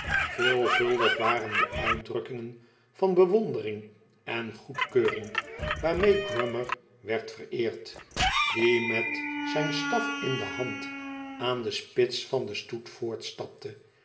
veelvuldig waren de uitdrukkingen van bewondering en goedkeuring waarmee grummer werd vereerd die met zijn staf in de hand aan de spits van den stoet